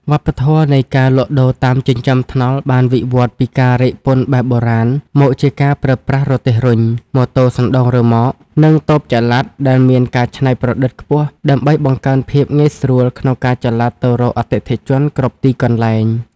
វប្បធម៌នៃការលក់ដូរតាមចិញ្ចើមថ្នល់បានវិវត្តន៍ពីការរែកពុនបែបបុរាណ មកជាការប្រើប្រាស់រទេះរុញ ម៉ូតូសណ្ដោងរ៉ឺម៉ក និងតូបចល័តដែលមានការច្នៃប្រឌិតខ្ពស់ ដើម្បីបង្កើនភាពងាយស្រួលក្នុងការចល័តទៅរកអតិថិជនគ្រប់ទីកន្លែង។